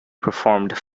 performed